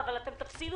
אלה דרישות נכונות